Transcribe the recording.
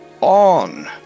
on